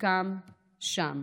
וחלקם שם.